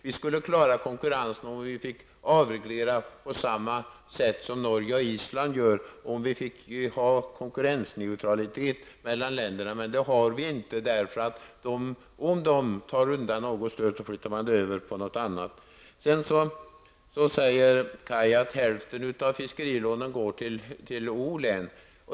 Vi skulle klara konkurrensen om vi fick avreglera på samma sätt som man gör i Norge och på Island och om vi fick ha konkurrensneutralitet mellan länderna. Men det har vi inte. Sedan säger Kaj Larsson att hälften av fiskerilånen går till O län.